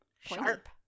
Sharp